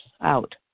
out